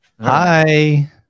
Hi